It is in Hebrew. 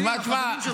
עם החברים שלך,